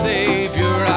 Savior